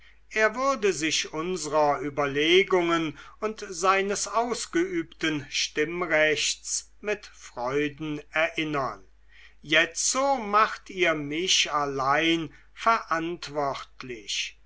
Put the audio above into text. er würde sich unsrer überlegungen und seines ausgeübten stimmrechts mit freuden erinnern jetzo macht ihr mich allein verantwortlich